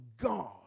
God